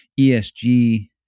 ESG